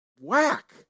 whack